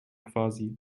quasi